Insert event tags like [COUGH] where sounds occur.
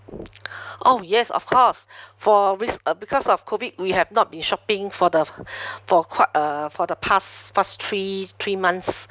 oh yes of course for risk uh because of COVID we have not been shopping for the [BREATH] for quite uh for the past past three three months